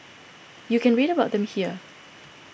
you can read about them here